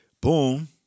Boom